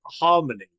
harmony